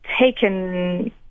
taken